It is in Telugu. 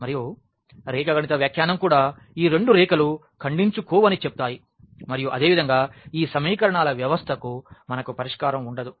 మరియు రేఖాగణిత వ్యాఖ్యానం కూడా ఈ రెండు రేఖలు ఖండించుకోవని చెప్తాయి మరియు అదే విధంగా ఈ సమీకరణాల వ్యవస్థకు మనకు పరిష్కారం ఉండదు